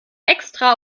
extra